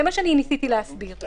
זה מה שניסיתי להסביר.